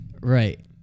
Right